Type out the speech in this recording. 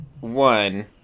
one